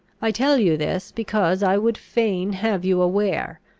i tell you this, because i would fain have you aware,